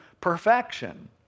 perfection